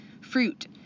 fruit